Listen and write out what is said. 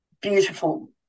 beautiful